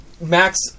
Max